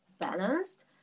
balanced